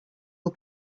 all